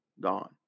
gone